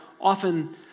often